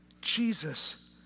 Jesus